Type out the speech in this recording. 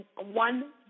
one